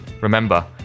Remember